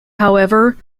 however